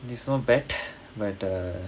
is not bad but err